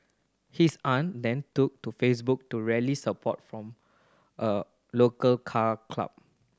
his aunt then took to Facebook to rally support from a local Car Club